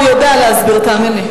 הוא יודע להסביר, תאמין לי.